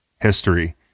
history